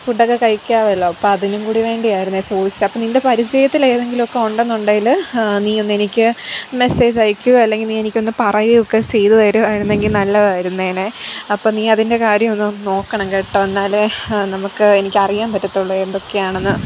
ഫുഡൊക്കെ കഴിക്കാമല്ലോ അപ്പോൾ അതിനുംകൂടെ വേണ്ടിയായിരുന്നു ചോദിച്ചത് അപ്പോൾ നിൻ്റെ പരിചയത്തിലേതെങ്കിലുമൊക്കെ ഉണ്ടെന്നുണ്ടെങ്കിൽ നീയൊന്നെനിക്ക് മെസ്സേജ് അയക്കുമോ അല്ലെങ്കിൽ നീയെനിക്കൊന്ന് പറയുകയൊക്കെ ചെയ്തു തരികയായിരുന്നെങ്കിൽ നല്ലതായിരുന്നേനെ അപ്പോൾ നീയതിൻ്റെ കാര്യമൊന്ന് നോക്കണം കേട്ടോ എന്നാൽ നമുക്ക് എനിക്കറിയാൻ പറ്റത്തുള്ളൂ എന്തൊക്കെയാണെന്ന്